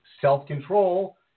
self-control